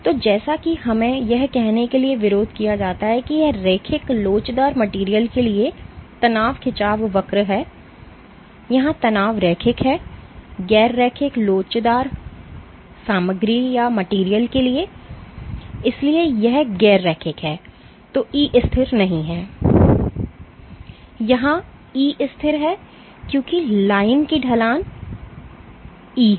तो जैसा कि हमें यह कहने के लिए विरोध किया जाता है कि यह रैखिक लोचदार मटेरियल के लिए तनाव खिंचाव वक्र है यहाँ तनाव रैखिक है गैर रैखिक लोचदार सामग्री के लिए इसलिए यह गैर रैखिक है जो E स्थिर नहीं है और यहाँ E स्थिर है क्योंकि लाइन की ढलान E है